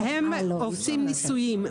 -- עושים ניסויים,